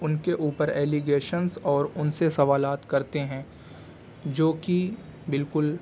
ان کے اوپر ایلیگیشنس اور ان سے سوالات کرتے ہیں جو کہ بالکل